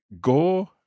go